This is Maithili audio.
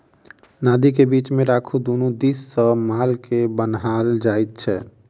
नादि के बीच मे राखि दुनू दिस सॅ माल के बान्हल जाइत छै